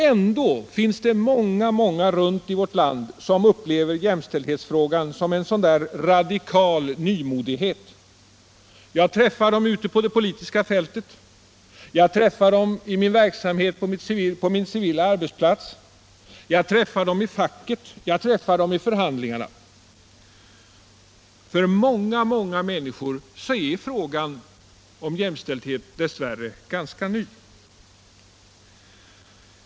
Ändå finns det många, många runt om i vårt land som upplever jämställdhetsfrågan som en radikal nymodighet. Jag träffar dem ute på det politiska fältet. Jag träffar dem i min verksamhet på min civila arbetsplats. Jag träffar dem i facket. Jag träffar dem vid förhandlingarna. För många, många människor är frågan om jämställdhet dess värre ganska ny.